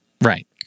Right